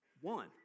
One